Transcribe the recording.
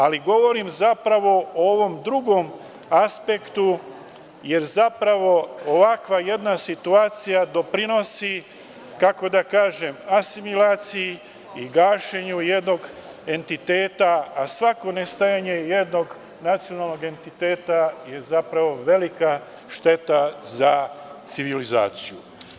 Ali, govorim zapravo o ovom drugom aspektu, jer ovakva jedna situacija doprinosi asimilaciji i gašenju jednog entiteta, a svako nestajanje jednog nacionalnog entiteta je velika šteta za civilizaciju.